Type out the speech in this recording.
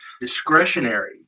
discretionary